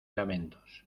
lamentos